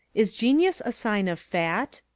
is genius a sign of fat?